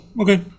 okay